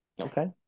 Okay